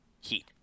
Heat